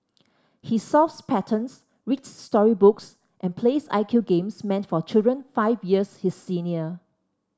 he solves patterns reads story books and plays I Q games meant for children five years his senior